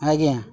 ଆଜ୍ଞା